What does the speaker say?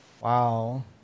Wow